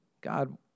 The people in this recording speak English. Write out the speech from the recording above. God